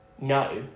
no